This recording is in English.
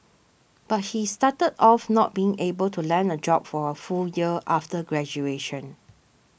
but he started off not being able to land a job for a full year after graduation